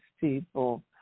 people